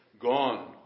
Gone